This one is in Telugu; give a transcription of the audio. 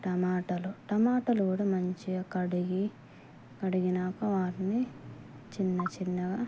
టమాటాలు టమాటాలు కూడా మంచిగా కడిగి కడిగినాక వాటిని చిన్న చిన్నగా